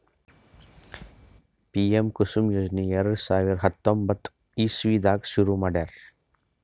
PM Kusum ಯೋಜನೆ ಎರಡ ಸಾವಿರದ್ ಹತ್ತೊಂಬತ್ತ್ ಇಸವಿದಾಗ್ ಶುರು ಮಾಡ್ಯಾರ್